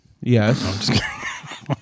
Yes